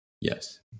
yes